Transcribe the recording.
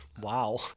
Wow